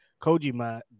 Kojima